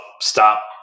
stop